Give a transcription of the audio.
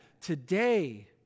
today